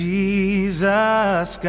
Jesus